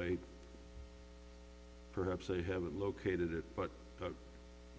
if perhaps they haven't located it but